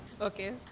Okay